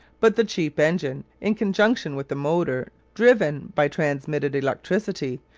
but the cheap engine, in conjunction with the motor driven by transmitted electricity,